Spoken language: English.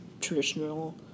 traditional